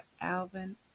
alvin